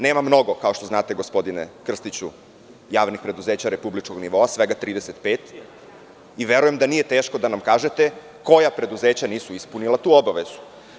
Nema mnogo, kao što znate, gospodine Krstiću, javnih preduzeća republičkog nivoa, svega 35 i verujem da nije teško da nam kažete koja preduzeća nisu ispunila tu obavezu.